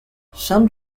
some